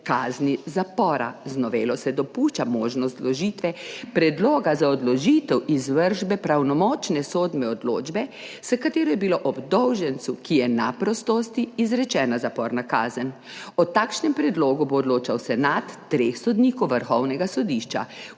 kazni zapora. Z novelo se dopušča možnost vložitve predloga za odložitev izvršbe pravnomočne sodne odločbe, s katero je bila obdolžencu, ki je na prostosti, izrečena zaporna kazen. O takšnem predlogu bo odločal senat treh sodnikov Vrhovnega sodišča.